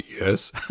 Yes